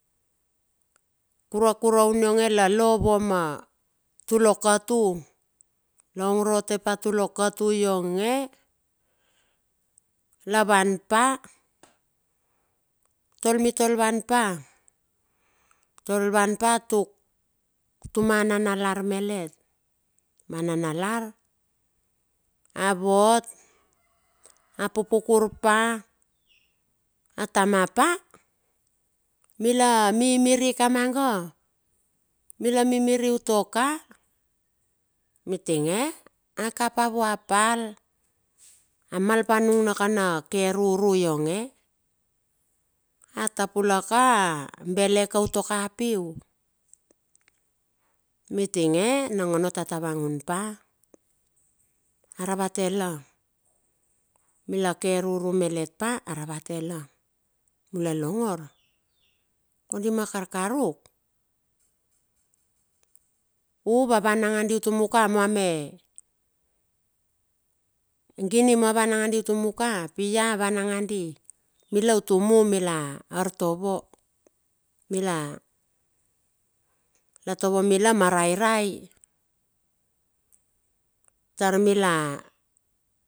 Kura kuraun ionge la lo vuo me tulo katu. La ong rotepa tulo katu ionge la van pa. Mitol, mitola van pa mitol van pa tuk tuma nanalar melet. Ma nanalar a vot a pupukur pa, atama pa, mila mimiri kamanga. Mila mimiri uto ka mitinge, a kapa vo pal a mal pa nung nakana keruru ionge a topulok ka bele ko uto ka piu. Mitinge nangonot a tavangun pa aravate la, mila keruru melet pa a ravate la, mula longor kondi ma karkaruk, u va van nangadi tumuka muame, gini mua van nandi utumuka, pi ia van nangadi mila tumu mila artovo mila, la tovo mila ma rairai.